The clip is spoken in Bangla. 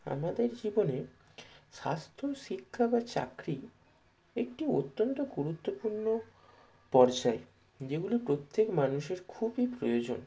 আমাদের জীবনে স্বাস্থ্য শিক্ষা বা চাকরি একটি অত্যন্ত গুরুত্বপূর্ণ পর্যায় যেগুলো প্রত্যেক মানুষের খুবই প্রয়োজন